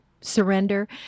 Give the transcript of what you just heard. Surrender